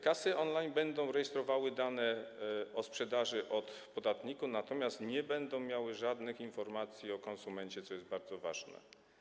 Kasy on-line będą rejestrowały dane o sprzedaży, o podatniku, natomiast nie będą miały żadnych informacji o konsumencie, co jest bardzo ważne.